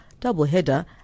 doubleheader